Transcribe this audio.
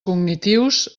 cognitius